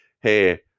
hey